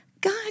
God